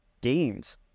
games